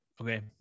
Okay